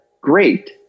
Great